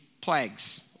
plagues